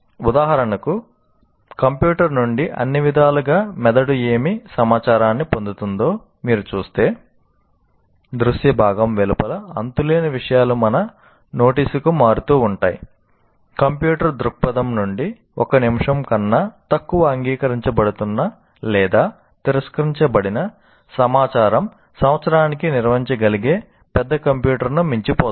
ఉదాహరణకు కంప్యూటర్ నుండి అన్ని విధాలుగా మెదడు ఏమి సమాచారాన్ని పొందుతుందో మీరు చూస్తే కంప్యూటర్ దృక్పథం నుండి ఒక నిమిషం కన్నా తక్కువ అంగీకరించబడుతున్న లేదా తిరస్కరించబడిన సమాచారం సంవత్సరానికి నిర్వహించగలిగే పెద్ద కంప్యూటర్ను మించిపోతుంది